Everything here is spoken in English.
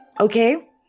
Okay